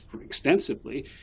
extensively